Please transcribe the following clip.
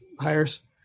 hires